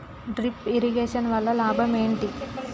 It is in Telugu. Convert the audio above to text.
డ్రిప్ ఇరిగేషన్ వల్ల లాభం ఏంటి?